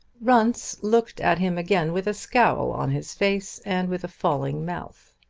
runce looked at him again with a scowl on his face and with a falling mouth.